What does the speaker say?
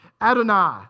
Adonai